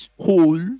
whole